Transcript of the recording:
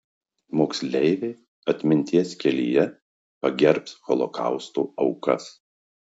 moksleiviai atminties kelyje pagerbs holokausto aukas